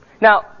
Now